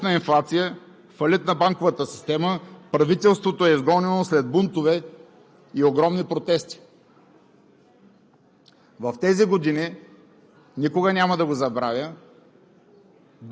заплати – 5 долара, чудовищна инфлация, фалит на банковата система! Правителството е изгонено след бунтове и огромни протести.